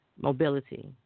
mobility